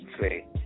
say